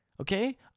Okay